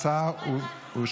מי